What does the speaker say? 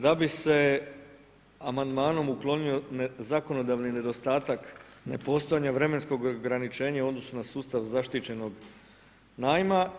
Da bi se amandmanom uklonio zakonodavni nedostatak nepostojanja vremenskog ograničenja u odnosu na sustav zaštićenog najma.